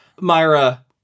Myra